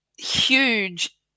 huge